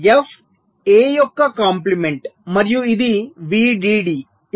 f A యొక్క complement మరియు ఇది VDD